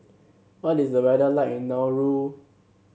what is the weather like in Nauru